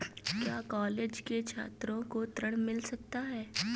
क्या कॉलेज के छात्रो को ऋण मिल सकता है?